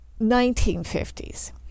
1950s